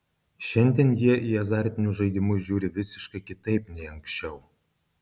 šiandien jie į azartinius žaidimus žiūri visiškai kitaip nei anksčiau